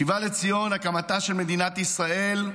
השיבה לציון, הקמתה של מדינת ישראל,